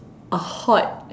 a hot